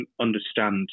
understand